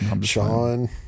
Sean